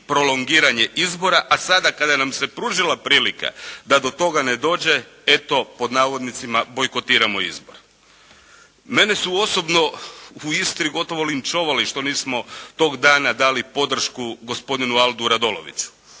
prolongiranje izbora a sada kada nam se pružila prilika da do toga ne dođe eto "bojkotiramo izbor". Mene su osobno u Istri gotovo linčovali što nismo tog dana dali podršku gospodinu Aldu Radoloviću.